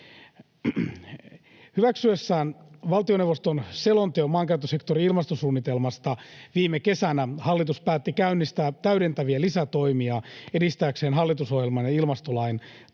Hyväksyessään valtioneuvoston selonteon maankäyttösektorin ilmastosuunnitelmasta viime kesänä hallitus päätti käynnistää täydentäviä lisätoimia edistääkseen hallitusohjelman ja ilmastolain tavoitteita.